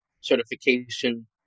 certification